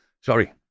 Sorry